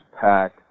pack